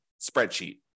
spreadsheet